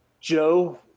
joe